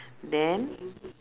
then